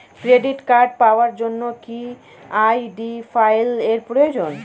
Credit card পাওয়ার জন্য কি আই.ডি ফাইল এর প্রয়োজন?